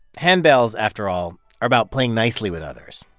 handbells, after all, are about playing nicely with others.